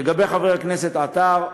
לגבי חבר הכנסת עטר,